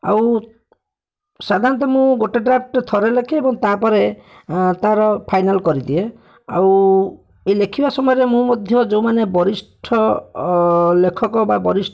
ଆଉ ସାଧାରଣତଃ ମୁଁ ଗୋଟେ ଡ୍ରାଫ୍ଟ୍ଟେ ଥରେ ଲେଖେ ଏବଂ ତା'ପରେ ଅଁ ତା'ର ଫାଇନାଲ୍ କରିଦିଏ ଆଉ ଏ ଲେଖିବା ସମୟରେ ମୁଁ ମଧ୍ୟ ଯୋଉମାନେ ବରିଷ୍ଠ ଲେଖକ ବା